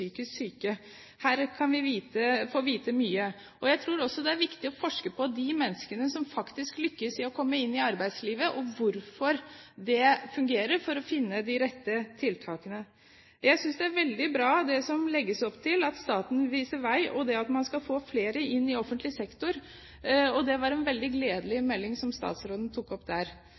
Her kan vi få vite mye. Jeg tror også det er viktig å forske på hvorfor de menneskene som faktisk lykkes i å komme inn i arbeidslivet, gjør det, og på hvordan det fungerer for å finne de rette tiltakene. Jeg synes det er veldig bra det som det legges opp til, at staten vil vise vei, og at man skal få flere inn i offentlig sektor. Det var en veldig gledelig melding som statsråden kom med der.